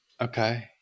Okay